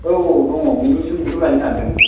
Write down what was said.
औ औ औ दङ बिनि जुनै थ' लायनो नागिरदों